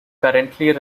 currently